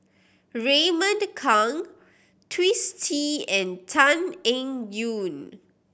Raymond Kang Twisstii and Tan Eng Yoon